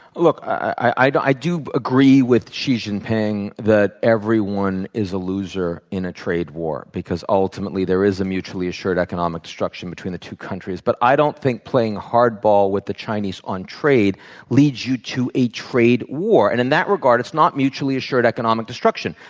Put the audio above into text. look, i do agree with xi jinping, that everyone is a loser in a trade war because, ultimately, there is a mutually assured economic destruction between the two countries. but i don't think playing hardball with the chinese on trade leads you to a trade war. and, in that regard, it's not mutually assured economic destruction.